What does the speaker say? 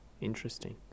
interesting